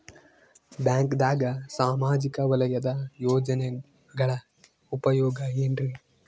ಬ್ಯಾಂಕ್ದಾಗ ಸಾಮಾಜಿಕ ವಲಯದ ಯೋಜನೆಗಳ ಉಪಯೋಗ ಏನ್ರೀ?